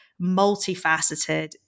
multifaceted